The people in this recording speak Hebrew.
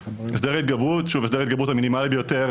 הסדר ההתגברות, שוב, הסדר ההתגברות המינימלי ביותר